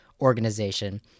organization